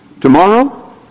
tomorrow